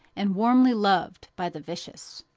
and warmly loved by the vicious.